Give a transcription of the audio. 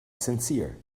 sincere